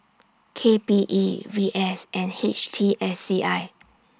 K P E V S and H T S C I